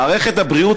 מערכת הבריאות,